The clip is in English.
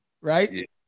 Right